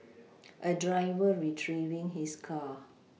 a driver retrieving his car